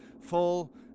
fall